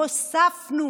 הוספנו